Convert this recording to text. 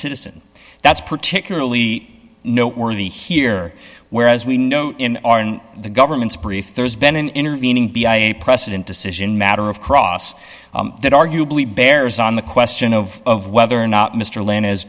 citizen that's particularly noteworthy here whereas we know in our in the government's brief there's been an intervening be a precedent decision matter of cross that arguably bears on the question of whether or not mr lynn is